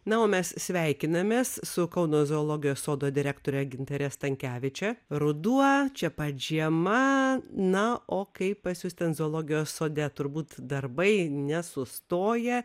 na o mes sveikinamės su kauno zoologijos sodo direktore gintare stankeviče ruduo čia pat žiema na o kaip pas jus ten zoologijos sode turbūt darbai nesustoja